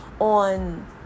on